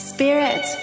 Spirit